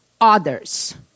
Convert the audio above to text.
others